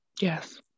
Yes